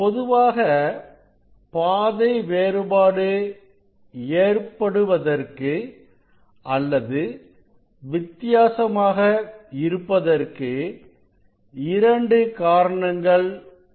பொதுவாக பாதை வேறுபாடு ஏற்படுவதற்கு அல்லது வித்தியாசமாக இருப்பதற்கு இரண்டு காரணங்கள் உள்ளன